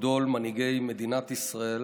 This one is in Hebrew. גדול מנהיגי מדינת ישראל